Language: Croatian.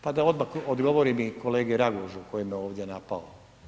Pa da odmah odgovorim i kolegi Ragužu koji me ovdje napao.